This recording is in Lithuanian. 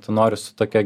tu nori su tokia